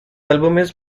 álbumes